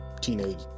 teenage